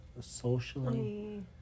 socially